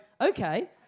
okay